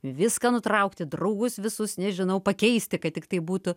viską nutraukti draugus visus nežinau pakeisti kad tiktai būtų